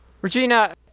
Regina